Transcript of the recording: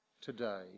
today